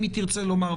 אם תרצה לומר,